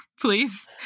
Please